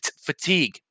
fatigue